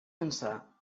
pensar